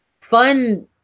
fun